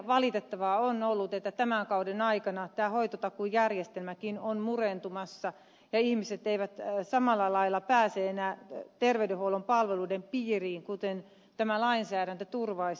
valitettavaa on ollut että tämän kauden aikana tämä hoitotakuujärjestelmäkin on murentumassa ja ihmiset eivät samalla lailla pääse enää terveydenhuollon palveluiden piiriin kuten tämä lainsäädäntö turvaisi